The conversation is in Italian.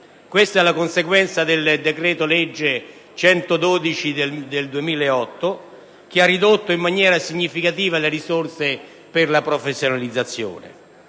Ciò è la conseguenza del decreto-legge n. 112 del 2008, che ha ridotto in maniera significativa le risorse per la professionalizzazione: